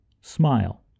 smile